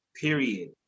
period